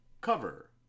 Cover